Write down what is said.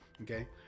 Okay